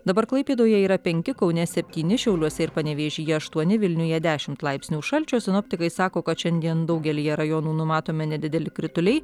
dabar klaipėdoje yra penki kaune septyni šiauliuose ir panevėžyje aštuoni vilniuje dešimt laipsnių šalčio sinoptikai sako kad šiandien daugelyje rajonų numatomi nedideli krituliai